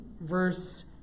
verse